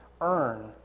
earn